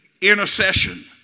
intercession